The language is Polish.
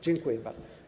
Dziękuję bardzo.